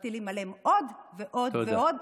מטילים עליהם עוד ועוד ועוד,